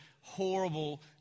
horrible